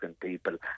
people